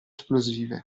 esplosive